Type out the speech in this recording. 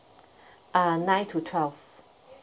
uh nine to twelve